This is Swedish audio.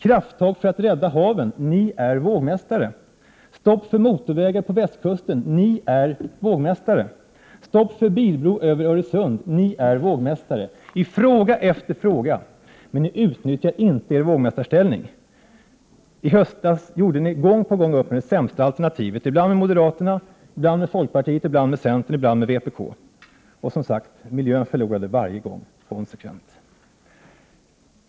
Krafttag för att rädda haven — ni är vågmästare. Stopp för motorvägen på västkusten — ni är vågmästare. Stopp för bilbro över Öresund — ni är vågmästare. I fråga efter fråga är ni vågmästare, men ni utnyttjar inte er vågmästarställning. I höstas gjorde ni gång på gång upp med det sämsta alternativet — ibland med moderaterna, ibland med folkpartiet, ibland med centern, ibland med vpk — och som sagt: Miljön förlorade varje gång, konsekvent.